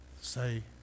say